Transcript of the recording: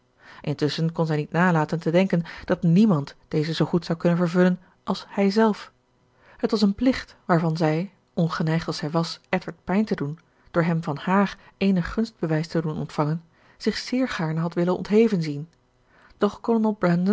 intusschen kon zij niet nalaten te denken dat niemand deze zoo goed zou kunnen vervullen als hijzelf het was een plicht waarvan zij ongeneigd als zij was edward pijn te doen door hem van hààr eenig gunstbewijs te doen ontvangen zich zeer gaarne had willen ontheven zien doch kolonel